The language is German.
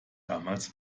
damals